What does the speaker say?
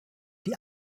die